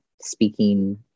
speaking